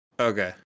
Okay